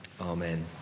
amen